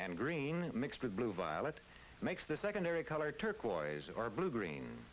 and green mixed with blue violet makes the secondary color turquoise or blue green